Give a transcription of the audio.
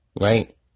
Right